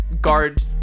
guard